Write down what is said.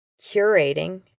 curating